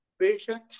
patient